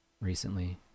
recently